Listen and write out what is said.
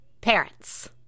parents